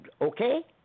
okay